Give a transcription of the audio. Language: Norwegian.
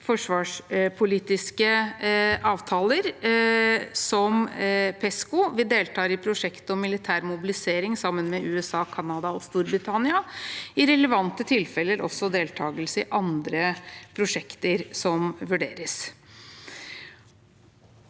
forsvarspolitiske avtaler, som PESCO. Vi deltar i prosjektet om militær mobilisering sammen med USA, Canada og Storbritannia, og i relevante tilfeller vurderes også deltakelse i andre prosjekter. Vi deltar